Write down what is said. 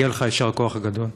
מגיע לך יישר כוח גדול.